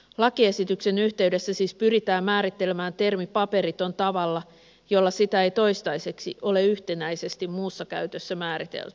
lakiesityksen yhteydessä siis pyritään määrittelemään termi paperiton tavalla jolla sitä ei toistaiseksi ole yhtenäisesti muussa käytössä määritelty